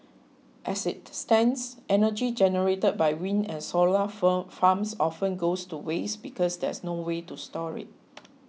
as it stands energy generated by wind and solar farms often goes to waste because there's noway to store it